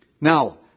Now